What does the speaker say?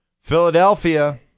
Philadelphia